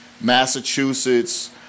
Massachusetts